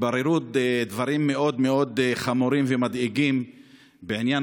התבררו דברים מאוד מאוד חמורים ומדאיגים בעניין